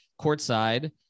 courtside